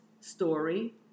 story